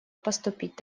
поступить